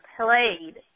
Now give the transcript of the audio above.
played